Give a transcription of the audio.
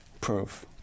Proof